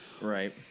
Right